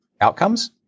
outcomes